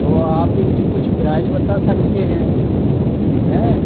तो आप इनकी कुछ प्राइज बता सकते हैं हैं